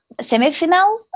semifinal